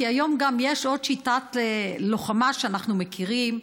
כי היום יש עוד שיטת לוחמה שאנחנו מכירים,